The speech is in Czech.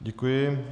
Děkuji.